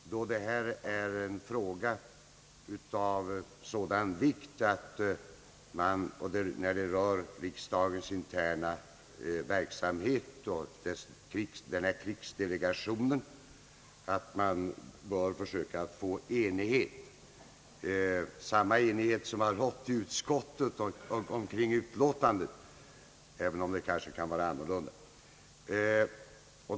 Frågan om riksdagens krigsdelegation — således en fråga som rör riksdagens interna verksamhet — är av sådan vikt att det är angeläget att försöka få till stånd enighet, samma enighet som har rått i utskottet när det gäller dess utlåtande, även om utlåtandet kanske kunde vara annorlunda.